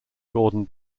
gordon